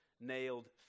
nailed